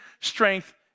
strength